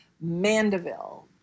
Mandeville